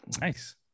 nice